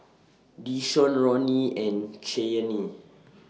Deshawn Ronny and Cheyenne